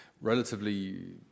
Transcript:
relatively